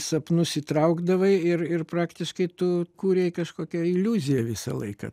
sapnus įtraukdavai ir ir praktiškai tu kūrei kažkokią iliuziją visą laiką